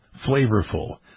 flavorful